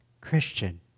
Christian